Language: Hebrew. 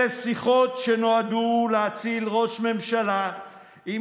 אלה שיחות שנועדו להציל ראש ממשלה עם